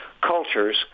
cultures